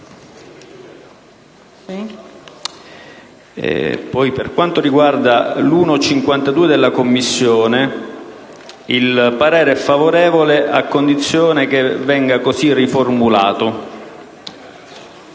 Per quanto riguarda l'emendamento 1.52 della Commissione, il parere è favorevole, a condizione che venga così riformulato: